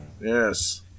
Yes